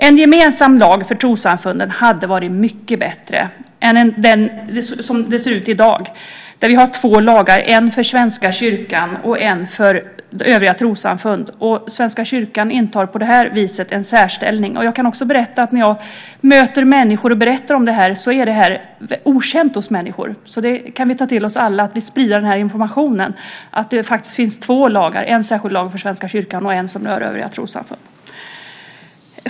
En gemensam lag för trossamfunden hade varit mycket bättre än som det ser ut i dag då vi har två lagar, en för Svenska kyrkan och en för övriga trossamfund. Svenska kyrkan intar på det viset en särställning. Jag kan också tala om att när jag möter människor och berättar om det här visar det sig att det är okänt hos dem. Det kan vi ta till oss alla, att vi ska sprida informationen att det faktiskt finns två lagar, en särskild lag för Svenska kyrkan och en som berör övriga trossamfund.